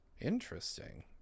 Interesting